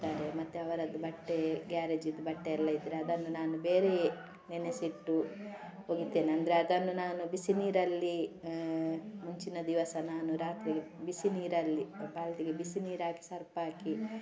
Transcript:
ಮತ್ತೆ ಅವರದ್ದು ಬಟ್ಟೆ ಗ್ಯಾರೇಜಿದು ಬಟ್ಟೆ ಎಲ್ಲ ಇದ್ದರೆ ಅದನ್ನು ನಾನು ಬೇರೆಯೇ ನೆನೆಸಿಟ್ಟು ಒಗಿತೇನೆ ಅಂದರೆ ಅದನ್ನು ನಾನು ಬಿಸಿ ನೀರಲ್ಲಿ ಮುಂಚಿನ ದಿವಸ ನಾನು ರಾತ್ರಿ ಬಿಸಿ ನೀರಲ್ಲಿ ಬಾಲ್ದಿಗೆ ಬಿಸಿ ನೀರು ಹಾಕಿ ಸರ್ಪ್ ಹಾಕಿ